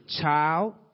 child